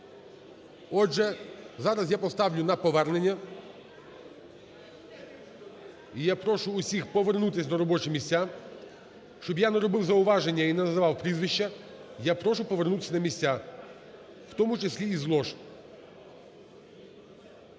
Отже, зараз я поставлю на повернення і я прошу всіх повернутися на робочі місця, щоб я не робив зауваження і не називав прізвища. Я прошу повернутися на місця, в тому числі із лож.